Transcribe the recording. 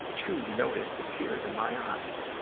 too, notice the tears in my eyes.